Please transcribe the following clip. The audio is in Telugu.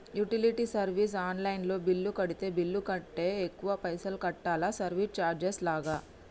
యుటిలిటీ సర్వీస్ ఆన్ లైన్ లో బిల్లు కడితే బిల్లు కంటే ఎక్కువ పైసల్ కట్టాలా సర్వీస్ చార్జెస్ లాగా?